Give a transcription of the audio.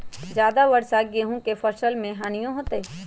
ज्यादा वर्षा गेंहू के फसल मे हानियों होतेई?